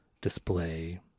display